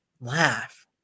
laugh